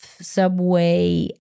Subway